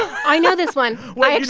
i know this one like